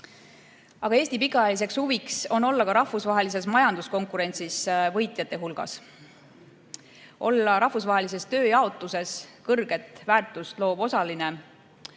8%. Eesti pikaajaline huvi on olla ka rahvusvahelises majanduskonkurentsis võitjate hulgas, olla rahvusvahelises tööjaotuses kõrget väärtust loov osaline.